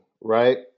right